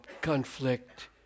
conflict